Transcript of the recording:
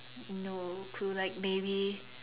no clue like maybe